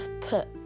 put